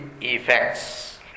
effects